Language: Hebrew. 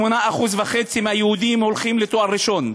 48.5% מהיהודים הולכים לתואר ראשון,